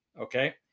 Okay